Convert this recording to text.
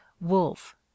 wolf